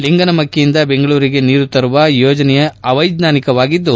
ಲಿಂಗನಮಕ್ಕೆಯಿಂದ ಬೆಂಗಳೂರಿಗೆ ನೀರು ತರುವ ಯೋಜನೆ ಅವೈಜ್ಞಾನಿಕವಾಗಿದ್ದು